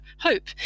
hope